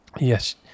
yes